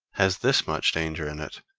has this much danger in it,